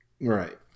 right